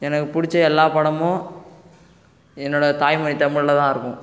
எனக்கு பிடிச்ச எல்லா படமும் என்னோடய தாய்மொழி தமிழில் தான் இருக்கும்